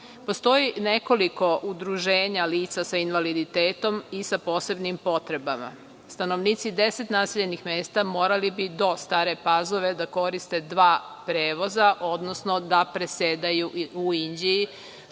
naselja. Postoji nekoliko udruženja lica sa invaliditetom i sa posebnim potrebama. Stanovnici 10 naseljenih mesta morali bi do Stare Pazove da koriste dva prevoza, odnosno da presedaju u Inđiji,